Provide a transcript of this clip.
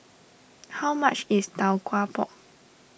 how much is Tau Kwa Pau